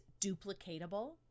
duplicatable